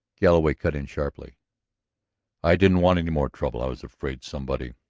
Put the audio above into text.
galloway cut in sharply i didn't want any more trouble i was afraid somebody.